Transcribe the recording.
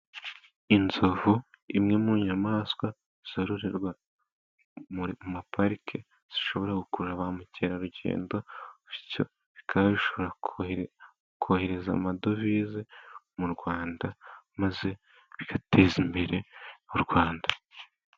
Inzovu imwe mu nyamaswa zororerwa mu maparike zishobora gukurura ba mukerarugendo, bityo bikashobora kohereza amadovize mu Rwanda maze bigateza imbere u Rwanda.